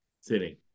sitting